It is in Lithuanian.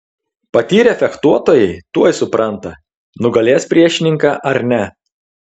patyrę fechtuotojai tuoj supranta nugalės priešininką ar ne